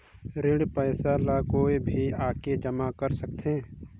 ऋण पईसा ला कोई भी आके जमा कर सकथे?